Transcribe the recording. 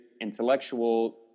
intellectual